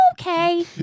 okay